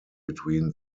between